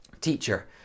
Teacher